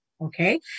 Okay